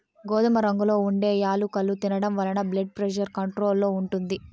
గోధుమ రంగులో ఉండే యాలుకలు తినడం వలన బ్లెడ్ ప్రెజర్ కంట్రోల్ లో ఉంటుంది